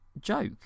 joke